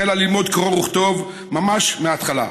החלה ללמוד קרוא וכתוב ממש מההתחלה,